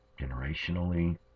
generationally